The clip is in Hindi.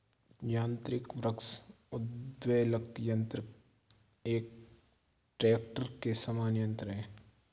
यान्त्रिक वृक्ष उद्वेलक यन्त्र एक ट्रेक्टर के समान यन्त्र है